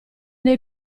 dei